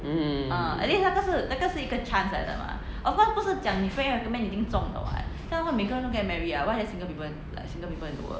mm